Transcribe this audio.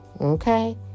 okay